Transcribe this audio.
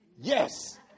Yes